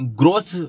growth